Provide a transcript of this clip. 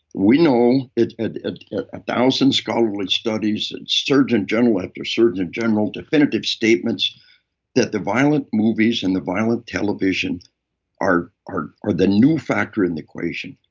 we know. a ah ah thousand scholarly studies and surgeon general after surgeon general definitive statements that the violent movies and the violent television are are are the new factor in the equation.